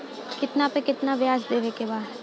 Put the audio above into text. कितना पे कितना व्याज देवे के बा?